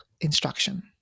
instruction